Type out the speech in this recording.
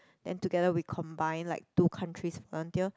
then together we combine like two countries volunteer